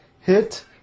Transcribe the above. hit